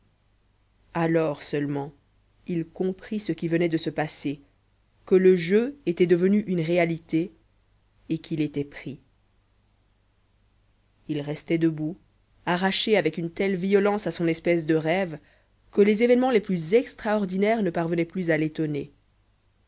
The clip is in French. alors seulement il comprit ce qui venait de se passer que le jeu était devenu une réalité et qu'il était pris il restait debout arraché avec une telle violence à son espèce de rêve que les événements les plus extraordinaires ne parvenaient plus à l'étonner